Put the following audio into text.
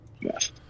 yes